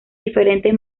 diferentes